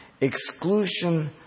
exclusion